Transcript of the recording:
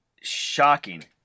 Shocking